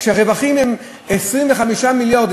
כשהרווחים הם 25 מיליארד,